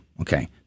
okay